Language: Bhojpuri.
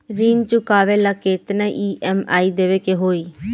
ऋण चुकावेला केतना ई.एम.आई देवेके होई?